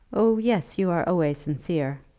oh, yes you are always sincere.